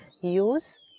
...use